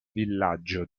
villaggio